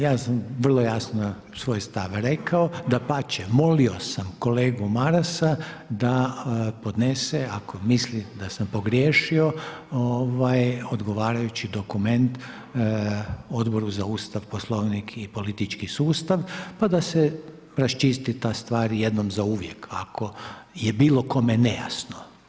Ja sam vrlo jasno svoj stav rekao, dapače, molio sam kolegu Marasa da podnese, ako misli da sam pogriješio, odgovarajući dokument Odboru za Ustav, Poslovnik i politički sustav, pa da se raščisti ta stvar jednom zauvijek ako je bilo kome nejasno.